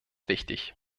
wichtig